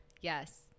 Yes